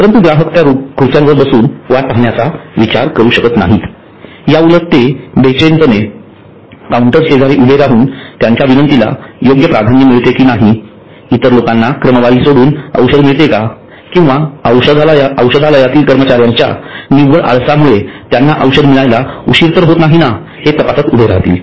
परंतु ग्राहक त्या खुर्च्यावर बसून वाट पाहण्याचा विचार करू शकत नाहीत या उलट ते बेचैन पणे काउंटर शेजारी उभे राहून त्यांच्या विनंतीला योग्य प्राधान्य मिळते की नाही इतर लोकांना क्रमवारी सोडून औषध मिळते का किंवा औषधालयातील कर्मचाऱ्यांच्या निव्वळ आळसामुळे त्यांना औषध मिळायला उशीर तर होत नाही ना हे तपासत उभे राहतील